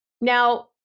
Now